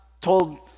told